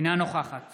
אינה נוכחת